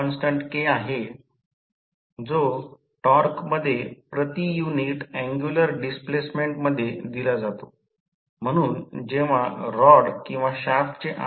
कमी voltage winding मधील विद्युत् प्रवाह ट्रान्सफॉर्मर मधील कॉपर लॉस होणे आणि उर्जा घटक शोधणे आवश्यक आहे